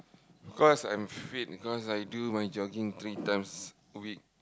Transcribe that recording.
cause I'm fit because I do my jogging three times a week